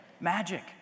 Magic